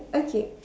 okay